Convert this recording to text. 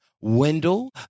Wendell